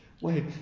wait